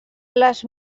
les